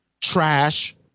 trash